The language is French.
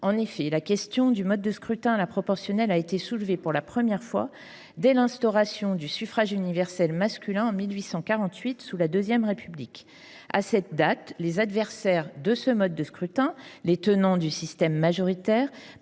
En effet, la question du mode de scrutin à la proportionnelle a été soulevée pour la première fois dès l’instauration du suffrage universel masculin, en 1848, sous la II République. À cette date, les adversaires de ce mode de scrutin, tenants du système majoritaire,